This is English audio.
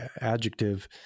adjective